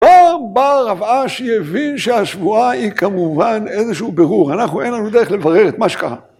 בא רב אשי הבין שהשבועה היא כמובן איזשהו ברור, אנחנו אין לנו דרך לברר את מה שקרה.